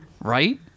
Right